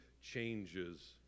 changes